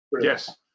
Yes